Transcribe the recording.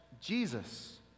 Jesus